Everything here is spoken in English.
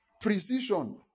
precision